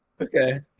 Okay